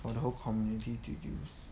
for the whole community to use